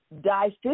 die